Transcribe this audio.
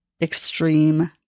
extreme